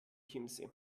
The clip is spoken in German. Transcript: chiemsee